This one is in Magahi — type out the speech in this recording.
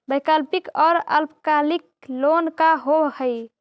वैकल्पिक और अल्पकालिक लोन का होव हइ?